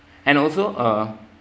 and also uh